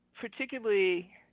particularly